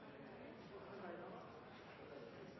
statsråd